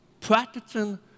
Practicing